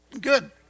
Good